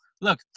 look